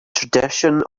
tradition